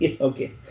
Okay